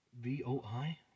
v-o-i